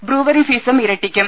brewery ഫീസും ഇരട്ടിക്കും